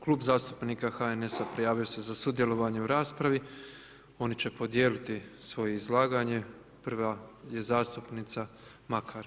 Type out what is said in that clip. Klub zastupnika HNS-a, prijavio se za sudjelovanje u raspravi, oni će podijeliti svoje izlaganje, prva je zastupnica Makar.